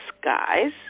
skies